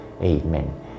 Amen